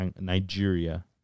Nigeria